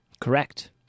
Correct